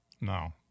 No